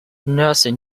nelson